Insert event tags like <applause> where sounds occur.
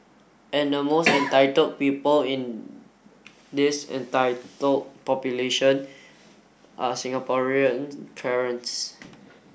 and the <noise> most entitled people in this entitled population are Singaporean parents